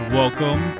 welcome